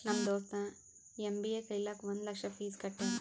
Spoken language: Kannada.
ನಮ್ ದೋಸ್ತ ಎಮ್.ಬಿ.ಎ ಕಲಿಲಾಕ್ ಒಂದ್ ಲಕ್ಷ ಫೀಸ್ ಕಟ್ಯಾನ್